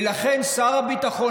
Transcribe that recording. ולכן שר הביטחון,